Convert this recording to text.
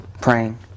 praying